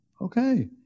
okay